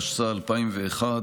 התשס"א 2001,